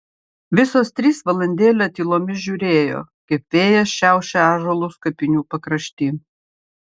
visos trys valandėlę tylomis žiūrėjo kaip vėjas šiaušia ąžuolus kapinių pakrašty